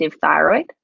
thyroid